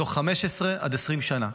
תוך 15 עד 20 שנה.